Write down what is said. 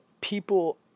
people